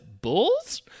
bulls